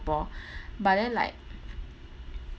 but then like